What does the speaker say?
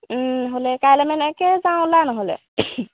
নহ'লে কাইলৈ মানকে যাওঁ ওলা নহ'লে